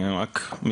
שמי שימי אברהם.